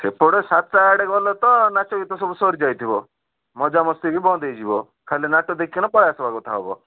ସେପଟେ ସାତଟା ଆଡ଼େ ଗଲେ ତ ନାଚ ଗୀତ ସବୁ ସରିଯାଇଥିବ ମଜା ମସ୍ତି ବି ବନ୍ଦ ହୋଇଯିବ ଖାଲି ନାଟ ଦେଖିକିନା ପଳେଇ ଆସିବା କଥା ହେବ